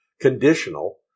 conditional